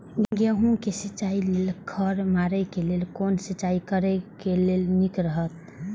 गेहूँ के सिंचाई लेल खर मारे के लेल कोन सिंचाई करे ल नीक रहैत?